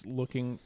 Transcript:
looking